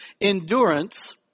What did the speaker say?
endurance